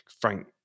Frank